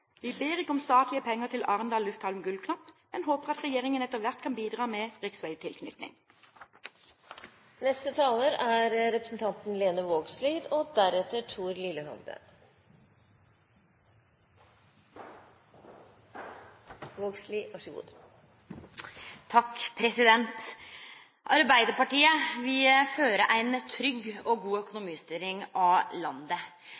Vi ber ikke om statlige penger til Arendal Lufthavn Gullknapp, men håper at regjeringen etter hvert kan bidra med riksveitilknytning. Arbeidarpartiet vil forsvare ei trygg og god økonomistyring av landet,